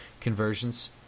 conversions